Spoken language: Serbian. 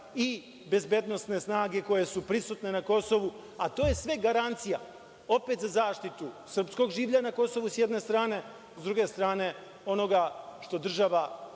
i bezbednosne snage koje su prisutne na Kosovu. To je sve garancija opet za zaštitu srpskog življa na Kosovu, s jedne strane, s druge strane onoga što država